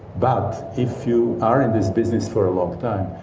but if you are in this business for a long time,